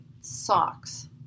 socks